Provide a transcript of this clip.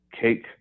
cake